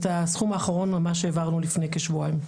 את הסכום האחרון ממש העברנו לפני כשבועיים.